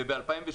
וב-2018.